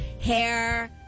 hair